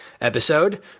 episode